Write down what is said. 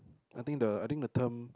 I think the I think the term